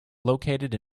located